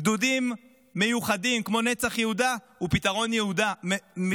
גדודים מיוחדים כמו נצח יהודה הם פתרון נהדר.